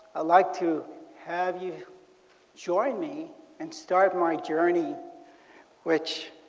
like to have you join me and start my journey which